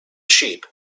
sheep